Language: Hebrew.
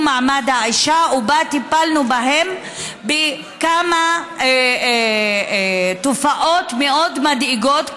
מעמד האישה וטיפלנו בהם בכמה תופעות מאוד מדאיגות,